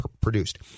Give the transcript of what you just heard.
produced